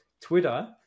Twitter